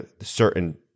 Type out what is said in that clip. certain